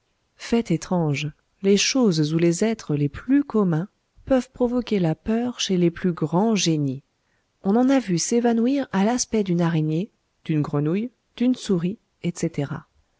fait étrange les choses ou les êtres les plus communs peuvent provoquer la peur chez les plus grands génies on en a vu s'évanouir à l'aspect d'une araignée d'une grenouille d'une souris etc